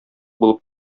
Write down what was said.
булып